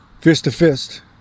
fist-to-fist